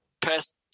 past